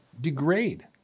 degrade